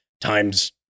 times